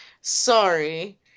sorry